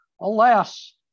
alas